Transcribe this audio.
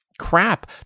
crap